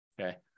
okay